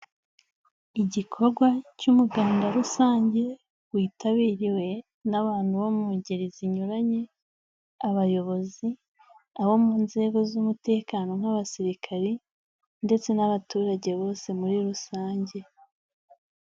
Igikorwa cy'umuganda rusange witabiriwe n'abantu bo mu ngeri zinyuranye, abayobozi, abo mu nzego z'umutekano nk'abasirikari ndetse n'abaturage bose muri rusange.